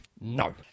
No